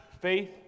Faith